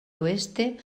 oeste